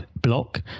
block